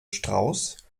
strauss